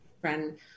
friend